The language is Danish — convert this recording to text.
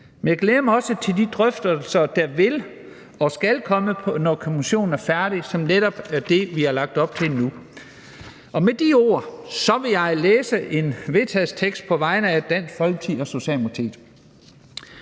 Men jeg glæder mig også til de drøftelser, der vil og skal komme, når kommissionen er færdig, som netop er det, vi har lagt op til nu. Med de ord vil jeg læse en forslag til vedtagelse op på vegne af Dansk Folkeparti og Socialdemokratiet: